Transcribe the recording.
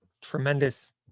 tremendous